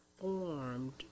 formed